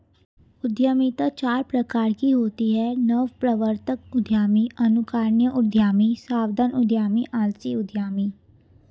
उद्यमिता चार प्रकार की होती है नवप्रवर्तक उद्यमी, अनुकरणीय उद्यमी, सावधान उद्यमी, आलसी उद्यमी